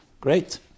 great